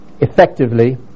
effectively